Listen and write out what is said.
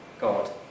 God